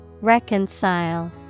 Reconcile